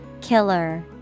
Killer